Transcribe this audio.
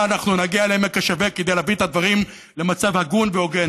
אנחנו נגיע לעמק השווה כדי להביא את הדברים למצב הגון והוגן,